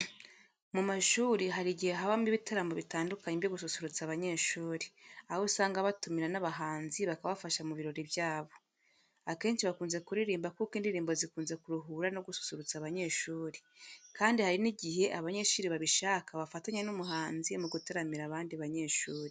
Mu mashuri hari igihe habamo ibitaramo bitandukanye byo gususurutsa abanyeshuri, aho usanga batumira n'abahanzi bakabafasha mu birori byabo. Akenshi bakunze kuririmba kuko indirimbo zikunze kuruhura no gususurutsa abanyeshuri kandi hari n'igihe abanyeshuri babishaka bafatanya n'umuhanzi mu gutaramira abandi banyeshuri.